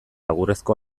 egurrezko